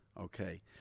okay